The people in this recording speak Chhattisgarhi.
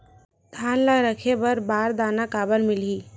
धान ल रखे बर बारदाना काबर मिलही?